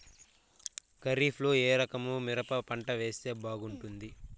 ఖరీఫ్ లో ఏ రకము మిరప పంట వేస్తే బాగుంటుంది